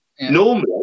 normally